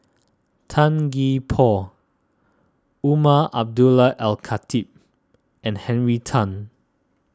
Tan Gee Paw Umar Abdullah Al Khatib and Henry Tan